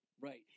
Right